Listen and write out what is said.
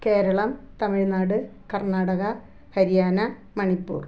Keralam Tamil Nadu Karnataka Haryana Manipur